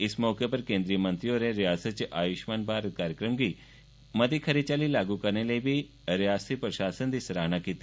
इस मौके उप र केंद्रिय मंत्री होरें रियासत च आय्ष्मान भारत कार्यक्रम गी मती खरी चाल्ली लागू करने लेई बी रियसती प्रशासन दी सराहना कीती